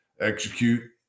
execute